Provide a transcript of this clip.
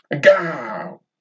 Go